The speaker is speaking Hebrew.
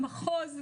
המחוז,